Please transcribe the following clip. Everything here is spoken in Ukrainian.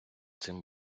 цим